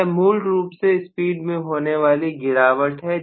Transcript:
यह मूल रूप से स्पीड में होने वाली गिरावट है